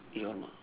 eh !alamak!